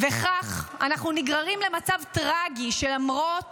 וכך אנחנו נגררים למצב טראגי, שלמרות